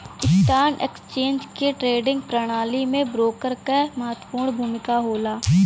stock exchange के trading प्रणाली में ब्रोकर क महत्वपूर्ण भूमिका होला